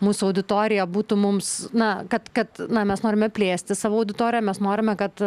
mūsų auditorija būtų mums na kad kad na mes norime plėsti savo auditoriją mes norime kad